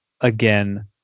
again